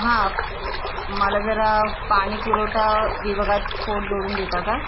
हां प मला जरा पाणीपुरवठा विभागात फोन जोडून देता का